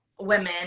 women